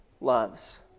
loves